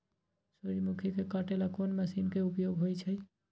सूर्यमुखी के काटे ला कोंन मशीन के उपयोग होई छइ?